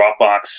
Dropbox